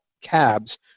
cabs